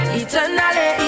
eternally